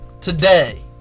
today